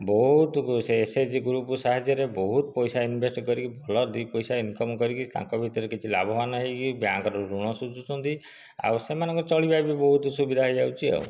ବହୁତ ସେ SHG group ସାହାଯ୍ୟରେ ବହୁତ ପଇସା ଇନଭେଷ୍ଟ କରିକି ଭଲ ଦୁଇ ପଇସା ଇନକମ୍ କରିକି ତାଙ୍କ ଭିତରେ କିଛି ଲାଭବାନ ହୋଇକି ବ୍ୟାଙ୍କରୁ ଋଣ ସୁଝୁଛନ୍ତି ଆଉ ସେମାନଙ୍କ ଚଳିବା ବି ବହୁତ ସୁବିଧା ହୋଇଯାଉଛି ଆଉ